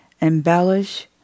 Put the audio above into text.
embellish